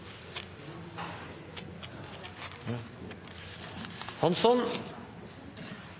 Ja,